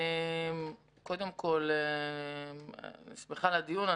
קודם כל, אני שמחה על הדיון.